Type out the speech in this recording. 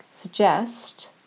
suggest